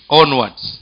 onwards